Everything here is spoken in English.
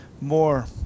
more